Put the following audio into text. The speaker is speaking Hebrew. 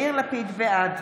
בעד